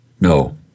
No